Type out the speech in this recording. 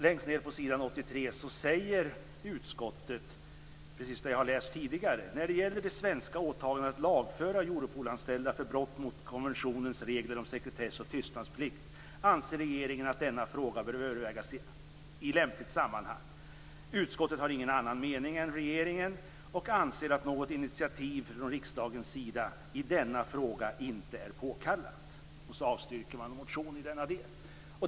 Längst ned på s. 83 säger utskottet precis det jag har läst upp tidigare: "När det gäller det svenska åtagandet att lagföra Europolanställda för brott mot Europolkonventionens regler om sekretess och tystnadsplikt anser regeringen att denna fråga bör övervägas i lämpligt sammanhang. Utskottet har ingen annan mening än regeringen och anser att något initiativ från riksdagens sida i denna fråga inte är påkallat." Därefter avstyrker man motionen i denna del.